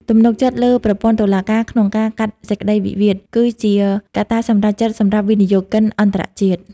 ទំនុកចិត្តលើប្រព័ន្ធតុលាការក្នុងការកាត់សេចក្តីវិវាទ គឺជាកត្តាសម្រេចចិត្តសម្រាប់វិនិយោគិនអន្តរជាតិ។